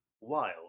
wild